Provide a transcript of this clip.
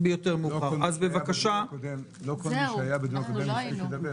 לא כל מי שהיה בדיון הקודם הספיק לדבר.